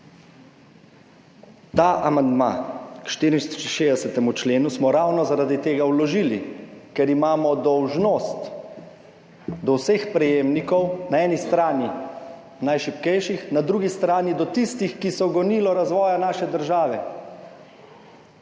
Ta amandma k 64. členu smo vložili ravno zaradi tega, ker imamo dolžnost do vseh prejemnikov – na eni strani najšibkejših, na drugi strani do tistih, ki so gonilo razvoja naše države.